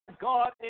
God